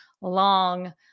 long